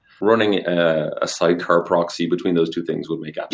running a sidecar proxy between those two things would make ah